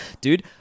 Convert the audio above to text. Dude